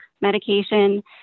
medication